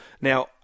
Now